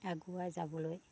আগুৱাই যাবলৈ